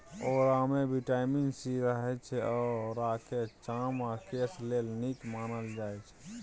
औरामे vitamin C रहय छै आ औराकेँ चाम आ केस लेल नीक मानल जाइ छै